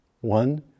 One